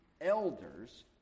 elders